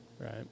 Right